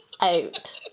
out